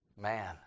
man